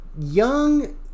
young